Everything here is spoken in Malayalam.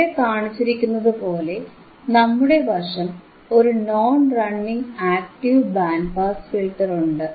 ഇവിടെ കാണിച്ചിരിക്കുന്നതുപോലെ നമ്മുടെ വശം ഒരു non running active band pass ഫിൽറ്ററുണ്ട്